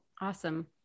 Awesome